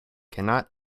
cannot